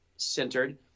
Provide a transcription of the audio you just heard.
Centered